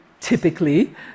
typically